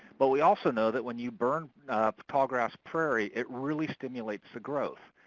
but we also know that when you burn tallgrass prairie, it really stimulates the growth.